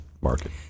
market